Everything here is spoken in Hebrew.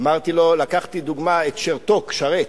אמרתי לו: לקחתי דוגמה את שרתוק, שרת.